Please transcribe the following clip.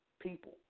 people